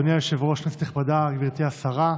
אדוני היושב-ראש, כנסת נכבדה, גברתי השרה,